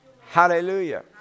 Hallelujah